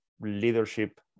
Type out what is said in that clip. leadership